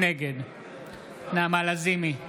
נגד נעמה לזימי,